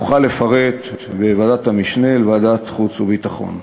נוכל לפרט בוועדת המשנה של ועדת חוץ וביטחון.